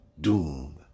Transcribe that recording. doom